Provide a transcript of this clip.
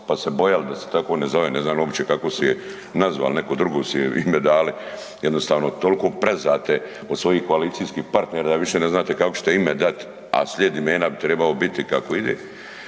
pa se bojali da se tako ne zove, ne znam uopće kako su je nazvali, neko drugo su joj ime dali, jednostavno toliko prezate od svojih koalicijskih partnera da više ne znate kakvo ćete ime dat, a slijed imena bi trebao biti kako ide.